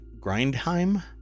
Grindheim